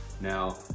Now